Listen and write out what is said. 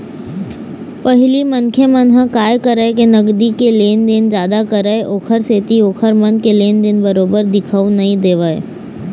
पहिली मनखे मन ह काय करय के नगदी के लेन देन जादा करय ओखर सेती ओखर मन के लेन देन बरोबर दिखउ नइ देवय